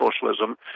socialism